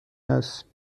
هستیم